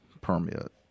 permit